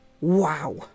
wow